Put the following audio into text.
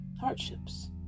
hardships